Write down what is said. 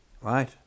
right